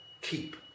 keep